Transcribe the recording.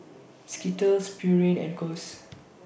Skittles Pureen and Kose